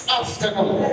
afternoon